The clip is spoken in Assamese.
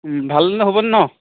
ভাল হ'ব ন